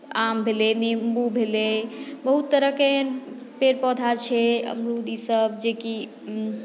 आम भेलै निम्बू भेलै बहुत तरहके एहन पेड़ पौधा छै अमरूद ईसभ जेकि